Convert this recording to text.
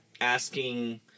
asking